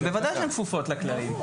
בוודאי שהם כפופים לכללים.